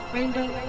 Rainbow